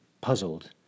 puzzled